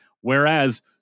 Whereas